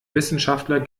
wissenschaftler